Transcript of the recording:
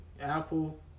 Apple